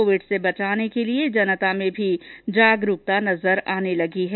Covid से बचाने के लिए जनता में भी जागरूकता नजर आने लगी है